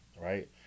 Right